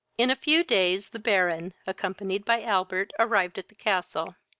in a few days, the baron, accompanied by albert, arrived at the castle.